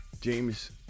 James